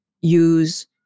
use